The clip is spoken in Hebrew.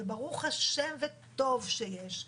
וברוך השם וטוב שיש,